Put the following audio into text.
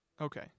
Okay